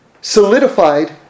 solidified